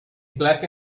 black